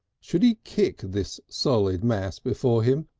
should he kick this solid mass before him?